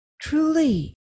Truly